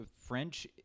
French